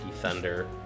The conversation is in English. Thunder